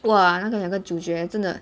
!wah! 那个两个主角真的